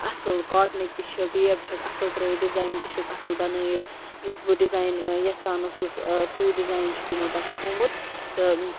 اَصٕل کاٹنٕکۍ تہِ چھِ ٹیب چھَکھ اصٕل ترٛٲیِتھ ڈِزایِن تہِ چھُکھ اصٕل بنٲیِتھ یُتھ بہٕ ڈِزایِن یژھان ٲسٕس سُے ڈِزایِن چھُ تِمو تَتھ تھوٚمُت تہٕ